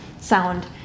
sound